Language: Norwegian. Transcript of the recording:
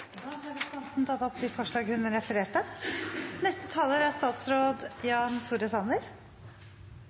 Representanten Seher Aydar har tatt opp de forslag hun refererte